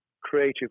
creative